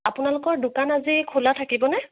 আপোনালোকৰ দোকান আজি খোলা থাকিবনে